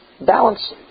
balance